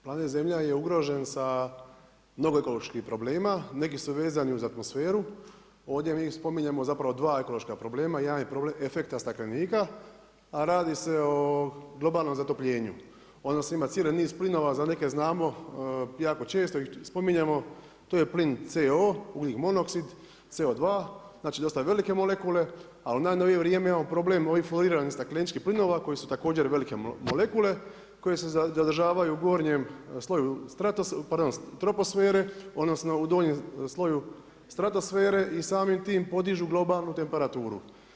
Planet Zemlja je ugrožen sa mnogo ekoloških problema, neki su vezani uz atmosferu, ovdje mi spominjemo zapravo dva ekološka problema, jedan je problem efekta staklenika, a radi se o globalnom zatopljenju., odnosno ima cijeli niz plinova za neke znamo, jako često ih spominjemo to je plin CO, ugljikov monoksid, CO2, znači dosta velike molekula, a u najnovije vrijeme imamo problem ovih foliranih stakleničkih plinova koji su također velike molekule, koji se zadržavaju u gornjem sloju troposfere, odnosno u donjem sloju stratosfere i samim tim podižu globalnu temperaturu.